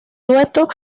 dueto